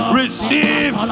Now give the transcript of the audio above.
receive